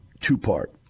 two-part